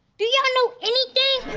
do ya'll know anything?